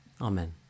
Amen